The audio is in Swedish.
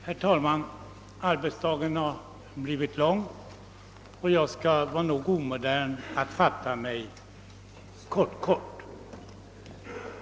Herr talman! Arbetsdagen har blivit lång, och jag skall vara nog omodern att fatta mig kort-kort.